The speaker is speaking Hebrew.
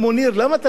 הוא אומר לי: